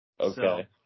okay